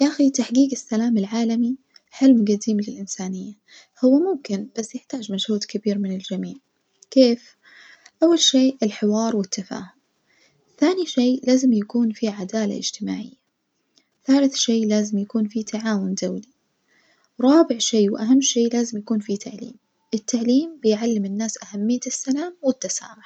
ياخي تحجيج السلام العالمي حلم جديم للإنسانية، هو ممكن بس يحتاج مجهود كبيرمن الجميع، كيف؟ أول شي الحوار والتفاهم، ثاني شي لازم يكون في عدالة اجتماعية، ثالت شي لازم يكون في تعاون دولي، رابع شي وأهم شي لازم يكون في تعليم، التعليم بيعلم الناس أهمية السلام والتسامح.